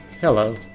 Hello